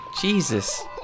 Jesus